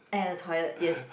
and the toilet yes